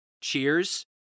cheers